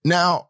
Now